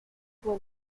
when